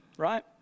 Right